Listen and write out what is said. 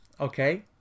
okay